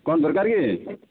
କଣ ଦରକାର କି